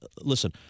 listen